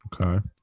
Okay